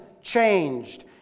changed